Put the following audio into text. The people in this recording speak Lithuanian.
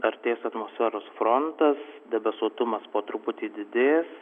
artės atmosferos frontas debesuotumas po truputį didės